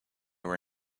were